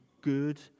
good